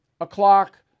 o'clock